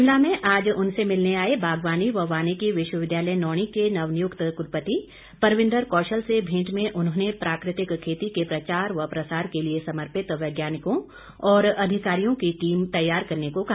शिमला में आज उनसे मिलने आए बागवानी व वानिकी विश्वविद्यालय नौणी के नवनियुक्त कुलपति परविन्द्र कौशल से भेंट में उन्होंने प्राकृतिक खेती के प्रचार व प्रसार के लिए समर्पित वैज्ञानिकों व अधिकारियों की टीम तैयार करने को कहा